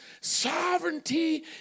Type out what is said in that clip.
sovereignty